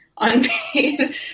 unpaid